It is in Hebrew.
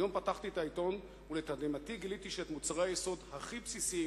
היום פתחתי את העיתון ולתדהמתי גיליתי שאת מוצרי היסוד הכי בסיסיים,